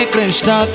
Krishna